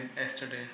yesterday